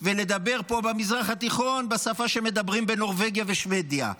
ולדבר פה במזרח התיכון בשפה שמדברים בנורבגיה ושבדיה.